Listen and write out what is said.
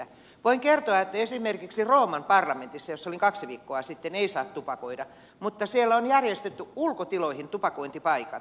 voin kertoa että esimerkiksi rooman parlamentissa jossa olin kaksi viikkoa sitten ei saa tupakoida mutta siellä on järjestetty ulkotiloihin tupakointipaikat